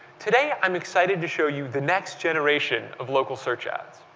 today i'm excite ed to show you the next generation of local search ads.